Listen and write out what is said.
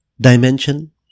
dimension